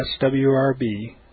swrb